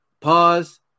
pause